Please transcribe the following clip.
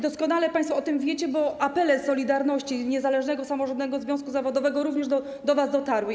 Doskonale państwo o tym wiecie, bo apele „Solidarności”, niezależnego samorządnego związku zawodowego, również do was dotarły.